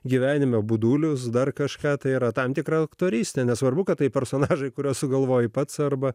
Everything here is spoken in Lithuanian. gyvenime budulius dar kažką tai yra tam tikra aktorystė nesvarbu kad tai personažai kuriuos sugalvoju pats arba